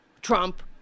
Trump